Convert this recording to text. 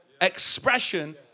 expression